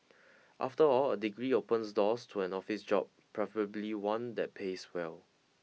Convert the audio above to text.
after all a degree opens doors to an office job preferably one that pays well